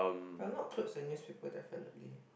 but I'm not close use people definitely